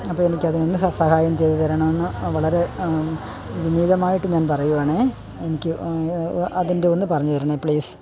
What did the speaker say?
അപ്പോൾ എനിക്ക് അതൊന്ന് ഹ സഹായം ചെയ്ത് തരണം എന്ന് വളരെ വിനീതമായിട്ട് ഞാൻ പറയുകയാണ് എനിക്ക് അതിൻ്റെ ഒന്ന് പറഞ്ഞ് തരണമേ പ്ലീസ്